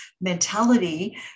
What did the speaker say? mentality